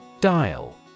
Dial